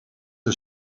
een